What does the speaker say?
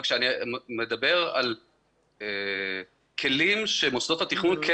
רק שאני מדבר על כלים שמוסדות התכנון כן